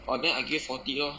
orh then I give you forty lor